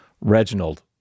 Reginald